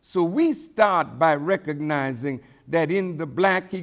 so we start by recognizing that in the black he